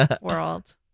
world